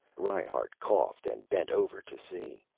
reinhart coughed and bent over to see.